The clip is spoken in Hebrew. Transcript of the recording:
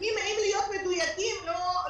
אם להיות מדויקים, לא